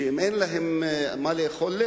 שאם אין להם לחם,